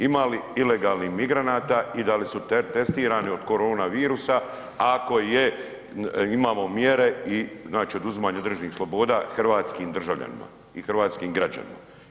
Ima li ilegalnih migranata i da li su testirani od koronavirusa ako je imamo mjere i, znači oduzimanje određenih sloboda hrvatskim državljanima i hrvatskim građanima.